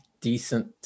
decent